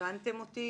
הבנתם אותי.